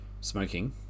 smoking